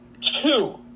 Two